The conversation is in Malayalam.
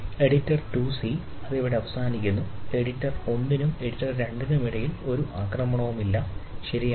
എഡിറ്റർ 2 സി അത് അവിടെ അവസാനിക്കുന്നു എഡിറ്റർ ഒന്നിനും എഡിറ്റർ 2 നും ഇടയിൽ ഒരു അക്രമവും ഇല്ല ശരിയാണ്